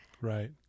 Right